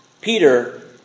Peter